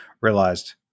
realized